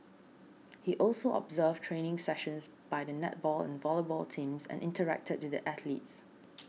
he also observed training sessions by the netball and volleyball teams and interacted with the athletes